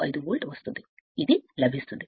25 volt వస్తుంది ఇది లభిస్తుంది